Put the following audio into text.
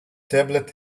tablet